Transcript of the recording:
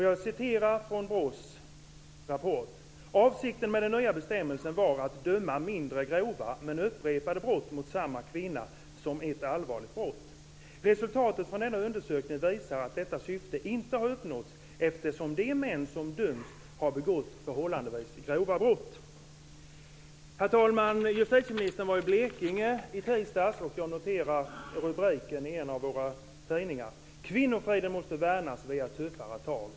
Jag citerar från BRÅ:s rapport: "Avsikten med den nya bestämmelsen var att bedöma mindre grova men upprepade brott mot samma kvinna som ett allvarligt brott. Resultaten från denna undersökning visar att detta syfte inte har uppnåtts eftersom de män som dömts har begått förhållandevis grova brott". Herr talman! Justitieministern var i Blekinge i tisdags. Jag noterar rubriken i en av våra tidningar: Kvinnofriden måste värnas via tuffare tag.